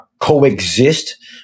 coexist